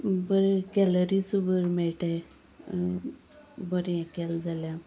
बरें कॅलरीसूय बऱ्यो मेळटाय बरें हें केलें जाल्यार